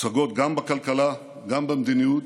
פסגות גם בכלכלה, גם במדיניות,